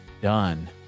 done